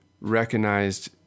recognized